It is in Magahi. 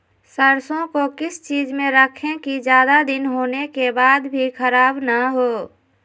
सरसो को किस चीज में रखे की ज्यादा दिन होने के बाद भी ख़राब ना हो?